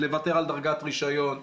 לוותר על דרגת רישיון,